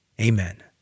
Amen